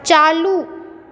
चालू